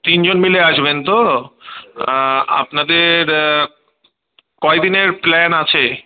তিনজন মিলে আসবেন তো আপনাদের কয়দিনের প্ল্যান আছে